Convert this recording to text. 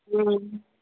మ్మ్